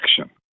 action